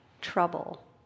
trouble